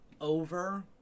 over